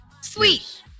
Sweet